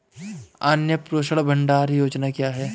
अन्नपूर्णा भंडार योजना क्या है?